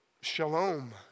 Shalom